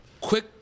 Quick